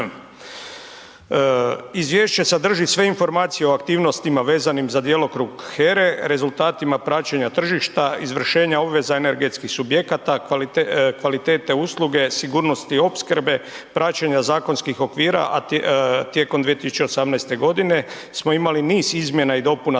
Izvješće sadrži sve informacije o aktivnostima vezanim za djelokrug HERA-e, rezultatima praćenja tržišta, izvršenja obveza energetskih subjekata, kvalitete usluge, sigurnosti opskrbe, praćenja zakonskih okvira, a tijekom 2018. godine smo imali niz izmjena i dopuna